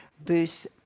boost